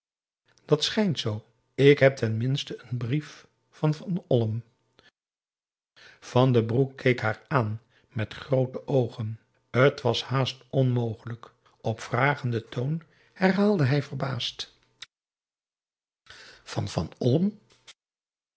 dat schijnt zoo ik heb ten minste een brief van van olm van den broek keek haar aan met groote oogen t was haast onmogelijk op vragenden toon herhaalde hij verbaasd van van olm